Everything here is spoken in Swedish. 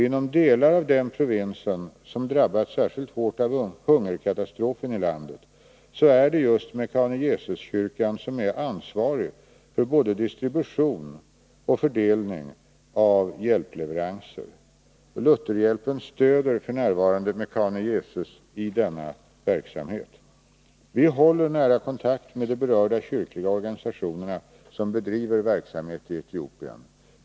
Inom delar av den provinsen, som drabbats särskilt hårt av hungerkatastrofen i landet, är det just Mekane Yesus-kyrkan som är ansvarig för både distribution och fördelning av hjälpleveranser. Lutherhjälpen stöder f. n. Mekane Yesus-kyrkan i denna verksamhet. Vi håller nära kontakt med de berörda kyrkliga organisationer som bedriver verksamhet i Etiopien.